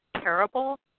terrible